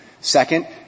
Second